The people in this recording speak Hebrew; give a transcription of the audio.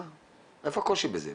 איפה הקושי בזה?